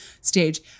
stage